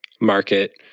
market